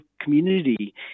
community